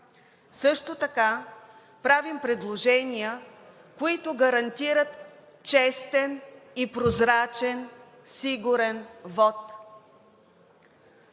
Също така правим предложения, които гарантират честен, прозрачен и сигурен вот.